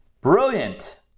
Brilliant